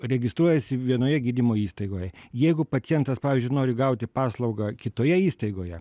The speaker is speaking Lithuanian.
registruojasi vienoje gydymo įstaigoj jeigu pacientas pavyzdžiui nori gauti paslaugą kitoje įstaigoje